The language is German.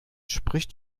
spricht